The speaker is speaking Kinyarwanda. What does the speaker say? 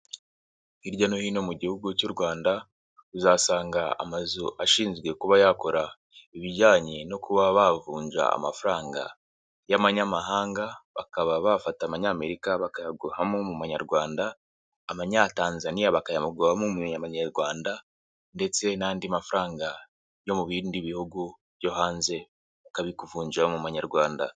Hirya no hino mu gihugu cy'u Rwanda uzasanga amazu ashinzwe kuba yakora ibijyanye no kuba bavunja amafaranga y'amanyamahanga, bakaba bafata amanyamerika bakayaguhamo mu manyarwanda, amanyatanzaniyaa bakayaguhamo mu manyarwanda ndetse n'andi mafaranga yo mu bindi bihugu byo hanze bakabikuvunjira mu manyarwanda.